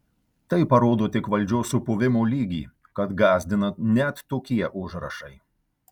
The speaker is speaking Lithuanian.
tai parodo tik valdžios supuvimo lygį kad gąsdina net tokie užrašai